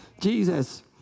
Jesus